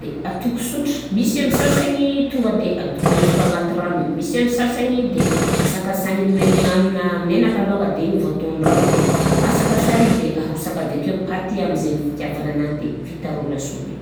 de atoko sotra, misy an'ny sasagny tonga de atobovoka agnaty rano, misy an'ny sasagny de asakasagan'ny maimaignan'ny menaka alôhaka de igny vô ataony rano de masaka sara i de arosaka avekeo paty am'zay fitiavanao anany zay de vita rô ny lasopy.